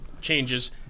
changes